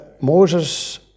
Moses